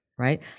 right